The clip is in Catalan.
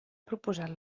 proposat